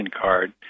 card